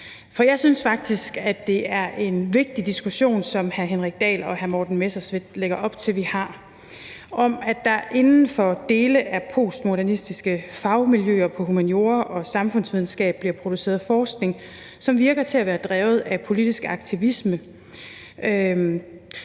jeg synes faktisk, at det er en vigtig diskussion, som hr. Henrik Dahl og hr. Morten Messerschmidt lægger op til at vi har, om, at der inden for dele af postmodernistiske fagmiljøer på humaniora og samfundsvidenskab bliver produceret forskning, som virker til at være drevet af politisk aktivisme,